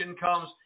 comes